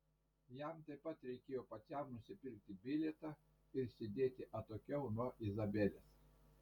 jam taip pat reikėjo pačiam nusipirkti bilietą ir sėdėti atokiau nuo izabelės